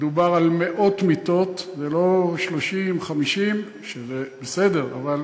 מדובר על מאות מיטות, זה לא 30 50, שזה בסדר, אבל